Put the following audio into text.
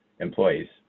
employees